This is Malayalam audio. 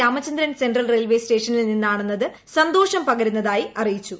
രാമചന്ദ്രൻ സെൻട്രൽ റെയിൽവേ സ്റ്റേഷനിൽ നിന്നാണെന്നത് സന്തോഷം പകരുന്നതായി അറിയിച്ചു